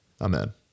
Amen